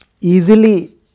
easily